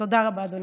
תודה רבה, אדוני.